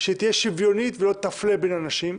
שהיא תהיה שוויונית ולא תפלה בין אנשים,